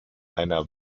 einer